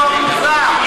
איפה המוסר?